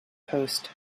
post